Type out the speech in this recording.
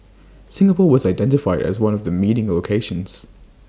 Singapore was identified as one of the meeting locations